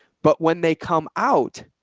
but when they come out.